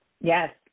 Yes